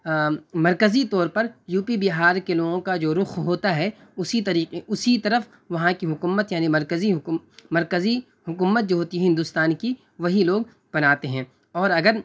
مرکزی طور پر یو پی بہار کے لوگوں کا جو رخ ہوتا ہے اسی طری طرف وہاں کی حکومت یعنی مرکزی مرکزی حکومت جو ہوتی ہے ہندوستان کی وہی لوگ بناتے ہیں اور اگر